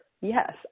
Yes